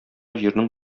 җирнең